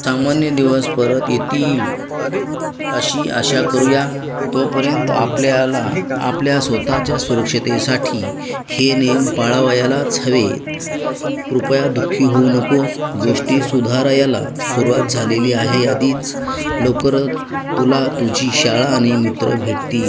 सामान्य दिवस परत येतील अशी आशा करूया तोपर्यंत आपल्याला आपल्या स्वतःच्या सुरक्षिततेसाठी हे नियम पाळावयालाच हवे कृपया दु खी होऊ नकोस गोष्टी सुधारायला सुरुवात झालेली आहे आधीच लवकरच तुला तुझी शाळा आणि मित्र भेटतील